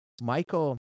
Michael